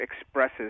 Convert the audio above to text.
expresses